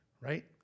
right